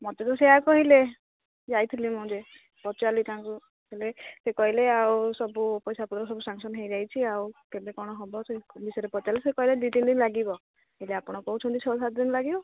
ମୋତେ ତ ସେଇଆ କହିଲେ ଯାଇଥିଲି ମୁଁ ଯେ ପଚାରିଲି ତାଙ୍କୁ ହେଲେ ସେ କହିଲେ ଆଉ ସବୁ ପଇସାପତ୍ର ସବୁ ସାକ୍ସନ୍ ହେଇଯାଇଛି ଆଉ କେବେ କ'ଣ ହେବ ସେ ବିଷୟରେ ପଚାରିଲେ ସେ କହିଲେ ଦୁଇ ତିନି ଦିନ ଲାଗିବ ହେଲେ ଆପଣ କହୁଛନ୍ତି ଛଅ ସାତ ଦିନ ଲାଗିବ